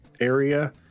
area